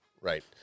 Right